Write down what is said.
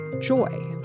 joy